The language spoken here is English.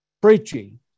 preaching